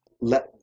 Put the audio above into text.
Let